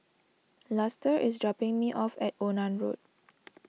Luster is dropping me off at Onan Road